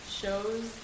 shows